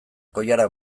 koilara